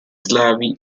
slavi